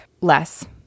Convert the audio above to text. Less